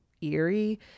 eerie